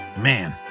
Man